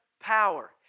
power